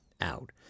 out